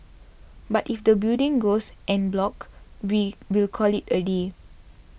but if the building goes en bloc we will call it a day